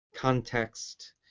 context